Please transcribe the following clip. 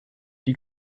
die